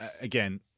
again